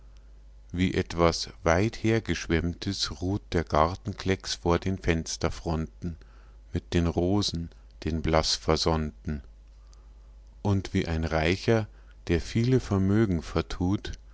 wie etwas weithergeschwemmtes ruht der gartenklecks vor den fensterfronten mit den rosen den blass versonnten und wie ein reicher der viele vermögen vertut